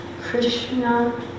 Krishna